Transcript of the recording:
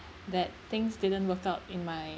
that things didn't work out in my